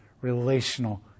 relational